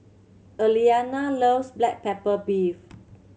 Aliana loves black pepper beef